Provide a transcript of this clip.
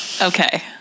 okay